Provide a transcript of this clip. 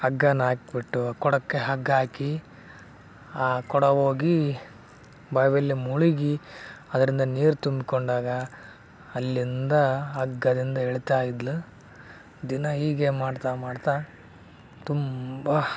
ಹಗ್ಗನ ಹಾಕ್ಬಿಟ್ಟು ಕೊಡಕ್ಕೆ ಹಗ್ಗ ಹಾಕಿ ಆ ಕೊಡ ಹೋಗಿ ಬಾವಿಯಲ್ಲಿ ಮುಳುಗಿ ಅದರಿಂದ ನೀರು ತುಂಬಿಕೊಂಡಾಗ ಅಲ್ಲಿಂದ ಹಗ್ಗದಿಂದ ಇಳೀತಾ ಇದ್ದಳು ದಿನ ಹೀಗೆ ಮಾಡ್ತಾ ಮಾಡ್ತಾ ತುಂಬ